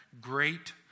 great